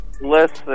Listen